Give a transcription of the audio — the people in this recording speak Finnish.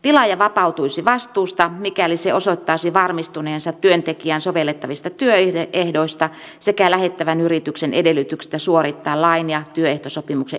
tilaaja vapautuisi vastuusta mikäli se osoittaisi varmistuneensa työntekijään sovellettavista työehdoista sekä lähettävän yrityksen edellytyksistä suorittaa lain ja työehtosopimuksen edellyttämä vähimmäispalkka